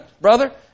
brother